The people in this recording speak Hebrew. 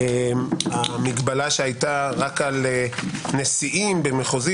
המגבלה שהייתה רק על נשיאים במחוזי